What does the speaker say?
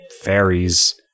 fairies